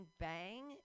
bang